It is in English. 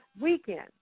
weekend